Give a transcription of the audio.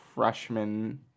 freshman